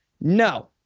No